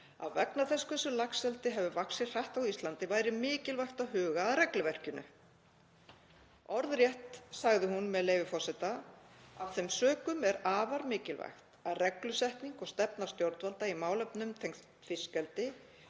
að vegna þess hversu laxeldi hefði vaxið hratt á Íslandi væri mikilvægt að huga að regluverkinu. Orðrétt sagði hún, með leyfi forseta: „Af þeim sökum er afar mikilvægt að reglusetning og stefna stjórnvalda í málefnum tengdum fiskeldi